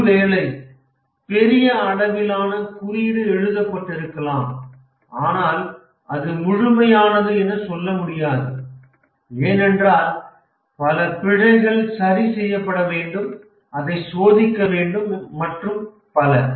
ஒருவேளை பெரிய அளவிலான குறியீடு எழுதப்பட்டிருக்கலாம் ஆனால் அது முழுமையானது என சொல்ல முடியாது ஏனென்றால் பல பிழைகள் சரி செய்யப்பட வேண்டும் அதை சோதிக்க வேண்டும் மற்றும் பல